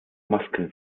masken